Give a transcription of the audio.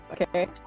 Okay